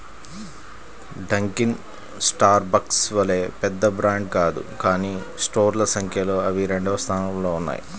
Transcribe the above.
Dunkin Starbucks వలె పెద్ద brand కాదు కానీ స్టోర్ల సంఖ్యలో అవి రెండవ స్థానంలో ఉన్నాయి